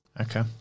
Okay